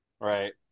Right